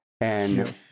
And-